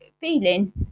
feeling